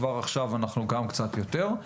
כבר עכשיו אנחנו גם קצת יותר,